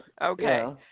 Okay